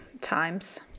times